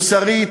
מוסרית,